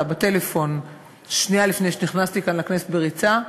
בטלפון שנייה לפני שנכנסתי כאן לכנסת בריצה,